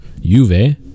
Juve